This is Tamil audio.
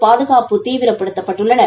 பாதுகாப்பு தீவிரப்படுத்தப்பட்டுள்ளன